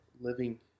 living